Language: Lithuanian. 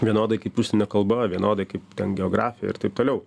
vienodai kaip užsienio kalba vienodai kaip ten geografija ir taip toliau